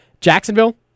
Jacksonville